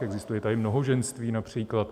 Existuje tady mnohoženství například.